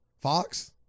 Fox